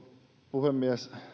puhemies